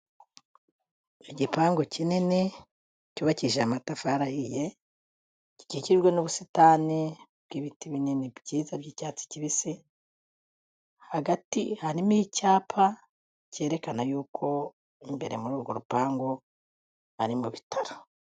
Igipangu kinini, cyubakishije amatafari ahiye, gikikijwe n'ubusitani bw'ibiti binini byiza by'icyatsi kibisi, hagati harimo icyapa cyerekana y'uko imbere muri urwo rupangu, ari mu bitaro.